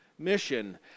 Mission